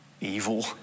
evil